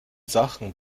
sachen